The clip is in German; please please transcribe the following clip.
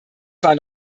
zwar